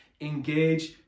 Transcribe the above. Engage